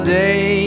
day